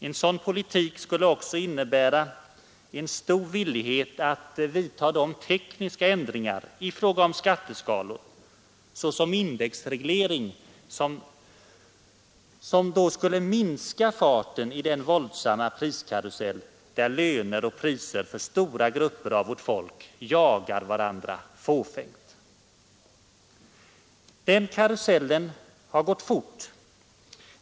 En sådan politik skulle också innebära en stor villighet att vidta tekniska ändringar i fråga om skatteskalor — såsom indexreglering av dessa — vilket skulle minska farten i den våldsamma priskarusell, där löner och priser för stora grupper av vårt folk jagar varandra fåfängt. Den karusellen har gått fort.